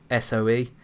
SOE